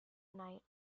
night